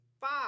Five